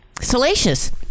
salacious